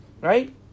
right